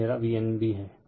यह मेरा Vnb हैं